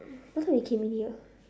what time we came in here